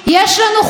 יש לנו חוקי-יסוד.